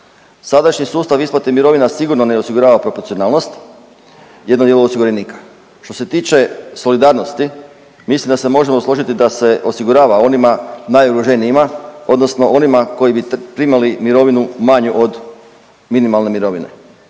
Sadašnji sustav isplate mirovina sigurno ne osigurava proporcionalnog jednog dijela osiguranika. Što se tiče solidarnosti mislim da se možemo složiti da se osigurava onima najugroženijima odnosno onima koji bi primali mirovinu manju od minimalne mirovine.